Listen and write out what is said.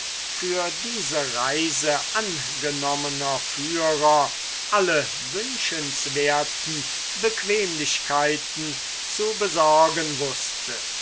für diese reise angenommener führer alle wünschenswerten bequemlichkeiten zu besorgen wußte